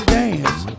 dance